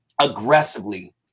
aggressively